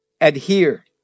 adhere